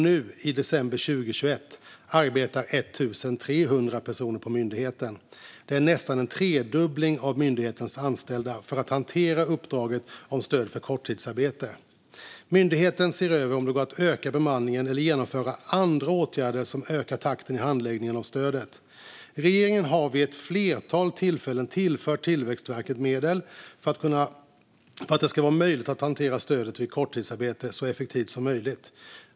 Nu, i december 2021, arbetar 1 300 personer på myndigheten. Det är nästan en tredubbling av myndighetens anställda för att hantera uppdraget om stöd för korttidsarbete. Myndigheten ser över om det går att öka bemanningen eller genomföra andra åtgärder som ökar takten i handläggningen av stödet. Regeringen har vid ett flertal tillfällen tillfört Tillväxtverket medel för att det ska vara möjligt att hantera stödet vid korttidsarbete så effektivt som möjligt.